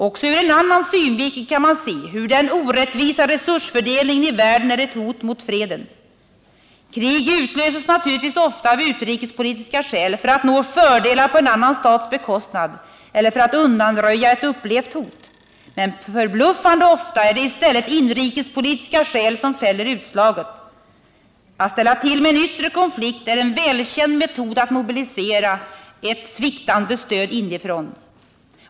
Också ur en annan synvinkel kan man se hur den orättvisa resursfördelningen i världen är ett hot mot freden. Krig utlöses naturligtvis ofta av utrikespolitiska skäl — för att nå fördelar på en annan stats bekostnad eller för att undanröja ett upplevt hot. Men förbluffande ofta är det i stället inrikespolitiska skäl som fäller utslaget. Att ställa till med en yttre konflikt är en välkänd metod att mobilisera ett sviktande stöd inifrån.